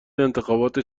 انتخابات